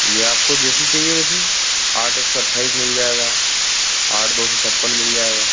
यह आपको जैसे चाहिए वैसे आठ एक सौ अट्ठाईस मिल जाएगा आठ दो सौ छप्पन मिल जाएगा